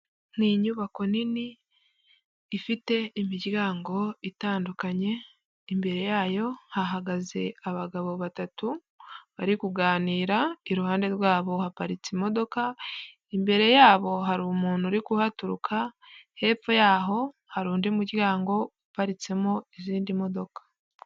Ni inyubako nini ifite imiryango itandukanye; imbere yayo hahagaze abagabo batatu bari kuganira; iruhande rwabo haparitse imodoka; imbere yabo hari umuntu uri kuhaturuka; hepfo y'aho hari undi muryango uparitsemo izindi modoka.